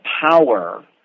power